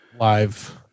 live